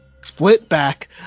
split-back